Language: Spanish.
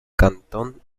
cantón